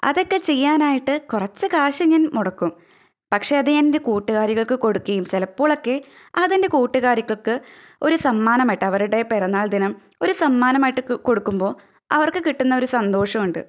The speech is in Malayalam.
അതൊക്കെ ചെയ്യാനായിട്ട് കുറച്ച് കാശ് ഞാൻ മുടക്കും പക്ഷെ അത് ഞാൻ ഞാനെൻ്റെ കൂട്ടുകാരികൾക്കു കൊടുക്കുകയും ചിലപ്പോഴൊക്കെ എൻ്റെ കൂട്ടുകാരികൾക്കു ഒരു സമ്മാനമായിട്ട് അവരുടെ പിറന്നാൾ ദിനം ഒരു സമ്മാനമായിട്ടൊക്കെ കൊടുക്കുമ്പോൾ അവർക്കു കിട്ടുന്ന ഒരു സന്തോഷമുണ്ട്